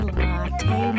latte